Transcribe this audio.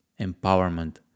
empowerment